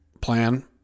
plan